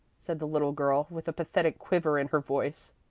said the little girl, with a pathetic quiver in her voice.